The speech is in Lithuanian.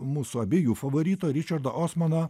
mūsų abiejų favorito ričardo osmano